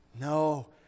no